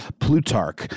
Plutarch